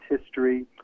history